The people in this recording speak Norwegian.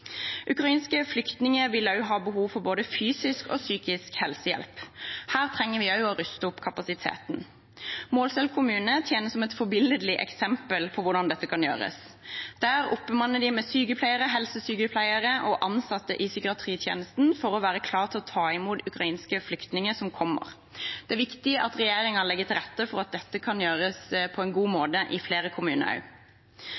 Ukrainske flyktninger vil ha behov for både fysisk og psykisk helsehjelp. Her trenger vi også å ruste opp kapasiteten. Målselv kommune tjener som et forbilledlig eksempel på hvordan dette kan gjøres. Der oppbemanner de med sykepleiere, helsesykepleiere og ansatte i psykiatritjenesten, for å være klare til å ta imot ukrainske flyktninger. Det er viktig at regjeringen legger til rette for at dette kan gjøres på en god